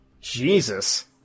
Jesus